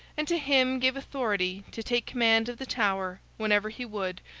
and to him gave authority to take command of the tower, whenever he would,